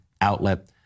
outlet